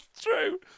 true